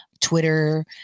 Twitter